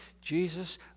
Jesus